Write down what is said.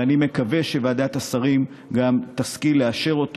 ואני מקווה שוועדת השרים גם תשכיל לאשר אותו.